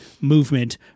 movement